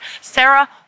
Sarah